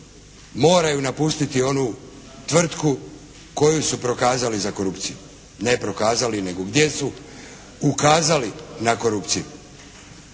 moraju napustiti onu tvrtku koju su prokazali za korupciju. Ne prokazali, nego gdje su ukazali na korupciju.